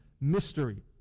Mystery